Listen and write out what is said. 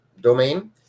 domain